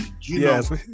Yes